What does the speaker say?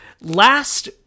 last